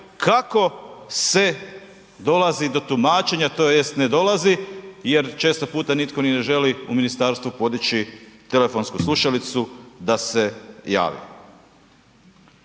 kako se dolazi do tumačenja, tj. ne dolazi jer često puta nitko ni ne želi u ministarstvu podići telefonsku slušalicu da se javi.